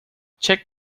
check